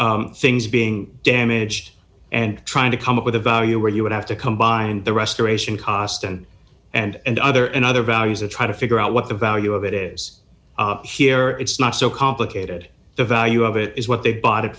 things being damaged and trying to come up with a value where you would have to combine the restoration cost and and other and other values or try to figure out what the value of it is here it's not so complicated the value of it is what they bought it